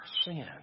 sin